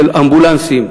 של אמבולנסים,